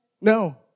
No